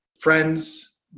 friends